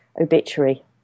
obituary